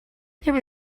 there